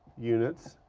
units